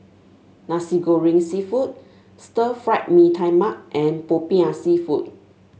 Nasi Goreng seafood Stir Fried Mee Tai Mak and popiah seafood